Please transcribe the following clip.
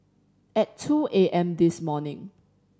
at two A M this morning